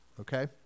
okay